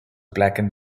blackened